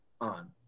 on